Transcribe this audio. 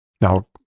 Now